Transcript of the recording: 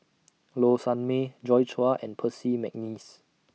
Low Sanmay Joi Chua and Percy Mcneice